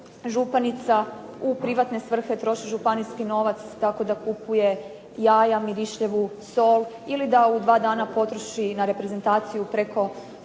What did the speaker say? županica u privatne svrhe troši županijski novac tako da kupuje jaja, mirišljavu sol ili da u dva dana potroši na reprezentaciju preko 100